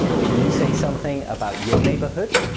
can you say something about your neighborhood?